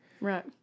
Right